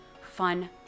fun